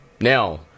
Now